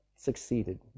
Succeeded